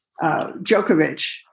Djokovic